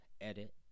edit